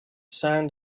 sand